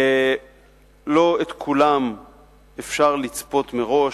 לא את כולן אפשר לצפות מראש,